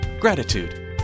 Gratitude